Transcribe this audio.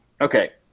okay